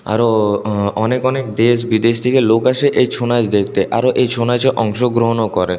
আরও অনেক অনেক দেশ বিদেশ থেকে লোক আসে এই ছৌ নাচ দেখতে আরও এই ছৌ নাচে অংশগ্রহণও করে